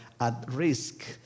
at-risk